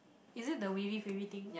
is it the wavey wavey thing